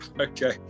Okay